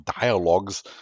dialogues